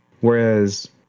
Whereas